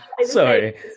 Sorry